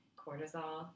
cortisol